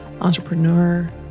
entrepreneur